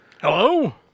Hello